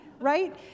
right